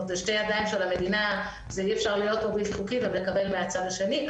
זה אי אפשר להיות פה בלתי חוקי ולקבל מהצד השני.